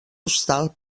hostal